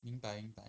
明白明白